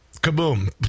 kaboom